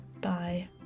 bye